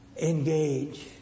Engage